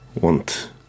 want